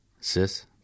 Sis